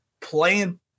playing